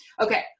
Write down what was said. Okay